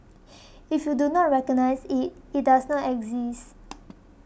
if you do not recognise it it does not exist